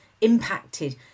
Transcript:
impacted